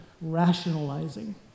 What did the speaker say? rationalizing